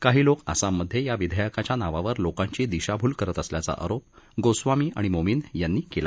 काही लोक आसाममधे या विधेयकाच्या नावावर लोकांची दिशाभूल करत असल्याचा आरोप गोस्वामी आणि मोमीन यांनी केला